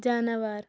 جاناوار